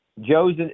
Joe's